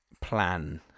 plan